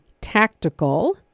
tactical